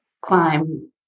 Climb